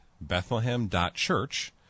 Bethlehem.Church